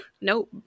nope